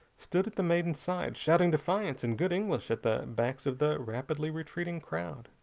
stood at the maiden's side, shouting defiance in good english at the backs of the rapidly retreating crowd.